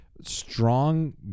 strong